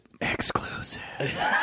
Exclusive